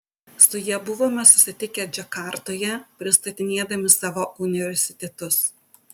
su ja buvome susitikę džakartoje pristatinėdami savo universitetus